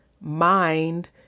mind